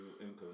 income